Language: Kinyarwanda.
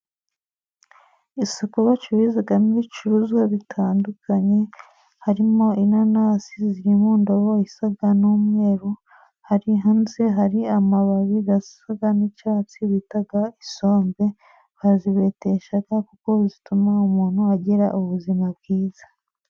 Isoko bacururizamo ibicuruzwa bitandukanye, harimo inanasi zirikundabo isa n'umweru, hanze hari amababi asa n'icyatsi bita isombe, barazibetesha kuko zituma umuntu agira ubuzima bwiza.